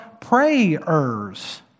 prayers